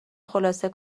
خلاصه